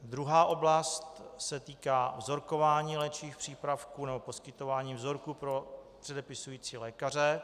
Druhá oblast se týká vzorkování léčivých přípravků nebo poskytování vzorků pro předepisující lékaře.